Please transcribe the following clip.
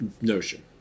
Notion